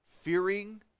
Fearing